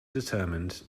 determined